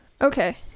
Okay